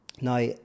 Now